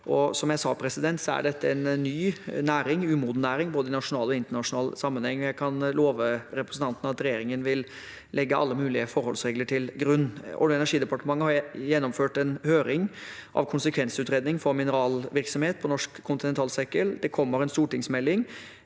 Som jeg sa, er dette en ny næring, en umoden næring, i både nasjonal og internasjonal sammenheng, og jeg kan love representanten at regjeringen vil legge alle mulige forholdsregler til grunn. Olje- og energidepartementet har gjennomført en høring av konsekvensutredningen for mineralvirksomhet på norsk kontinentalsokkel. Det kommer en stortingsmelding.